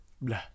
blah